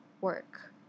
work